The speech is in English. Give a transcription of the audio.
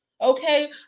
Okay